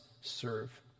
serve